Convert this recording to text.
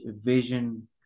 vision